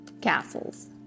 castles